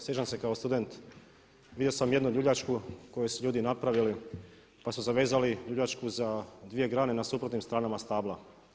Sjećam se kao student vidio sam jednu ljuljačku koju su ljudi napravili pa su zavezali ljuljačku za dvije grane na suprotnim stranama stabla.